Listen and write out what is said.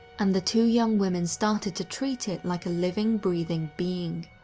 and the two young women started to treat it like a living, breathing being.